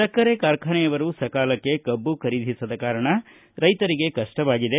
ಸಕ್ಕರೆ ಕಾರ್ಖಾನೆಯವರು ಸಕಾಲಕ್ಕೆ ಕಬ್ಬು ಖರೀದಿಸದ ಕಾರಣ ರೈತರಿಗೆ ಕಪ್ಪವಾಗಿದೆ